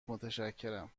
متشکرم